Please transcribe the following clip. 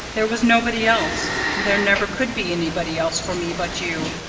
there was nobody else there never could be anybody else for me but you.